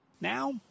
Now